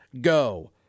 go